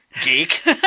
Geek